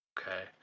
Okay